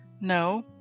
No